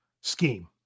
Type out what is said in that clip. scheme